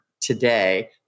today